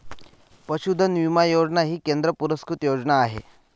पशुधन विमा योजना ही केंद्र पुरस्कृत योजना आहे